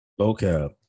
Vocab